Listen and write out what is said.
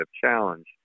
challenge